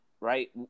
Right